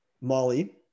Molly